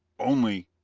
only,